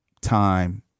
time